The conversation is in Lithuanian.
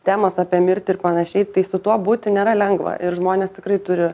temos apie mirtį ir panašiai tai su tuo būti nėra lengva ir žmonės tikrai turi